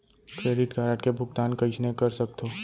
Credit card के भुगतान कईसने कर सकथो?